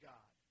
God